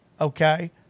okay